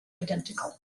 identical